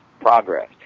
progress